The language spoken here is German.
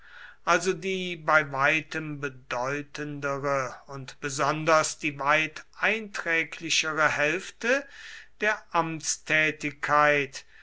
also die bei weitem bedeutendere und besonders die weit einträglichere hälfte der amtstätigkeit